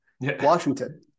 Washington